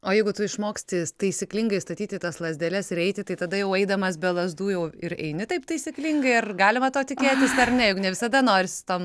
o jeigu tu išmoksti taisyklingai statyti tas lazdeles ir eiti tai tada jau eidamas be lazdų jau ir eini taip taisyklingai ar galima to tikėtis ar ne juk ne visada norisi tom